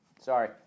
Sorry